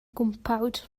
gwmpawd